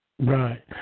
Right